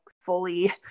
fully